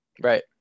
right